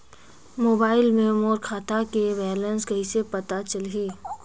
Mobile मे मोर खाता के बैलेंस कइसे पता चलही?